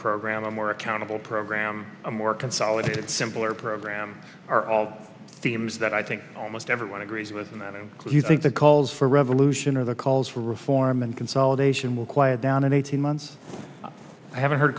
program a more accountable program a more consolidated simpler program are all themes that i think almost everyone agrees with and that includes i think the calls for revolution are the calls for reform and consolidation will quiet down in eighteen months i haven't heard